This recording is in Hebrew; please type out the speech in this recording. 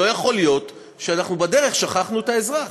לא יכול להיות שאנחנו בדרך שכחנו את האזרח.